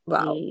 Wow